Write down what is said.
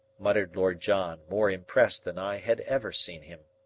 muttered lord john, more impressed than i had ever seen him.